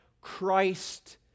Christ